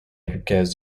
yerkes